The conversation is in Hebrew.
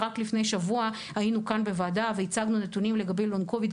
רק לפני שבוע היינו כאן בוועדה והצגנו נתונים לגבי לונג קוביד,